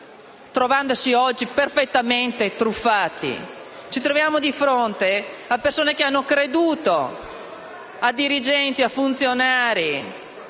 trovandosi oggi perfettamente truffati. Ci troviamo di fronte a persone che hanno creduto a dirigenti e funzionari